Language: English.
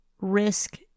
risk